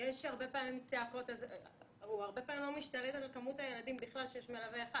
הרבה פעמים יש צעקות והוא לא משתלט על מספר הילדים כשיש מלווה אחד.